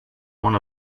one